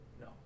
No